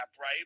right